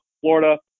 Florida